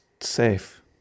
safe